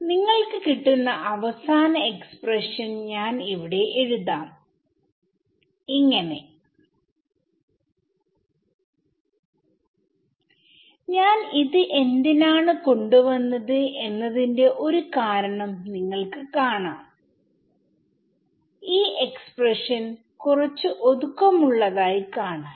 നിങ്ങൾക്ക് കിട്ടുന്ന അവസാന എക്സ്പ്രഷൻ ഞാൻ ഇവിടെ എഴുതാം ഞാൻ എന്തിനാണ് കൊണ്ട് വന്നത് എന്നതിന്റെ ഒരു കാരണം നിങ്ങൾക്ക് കാണാം ഈ എക്സ്പ്രഷൻ കുറച്ചു ഒതുക്കമുള്ളതായി കാണാൻ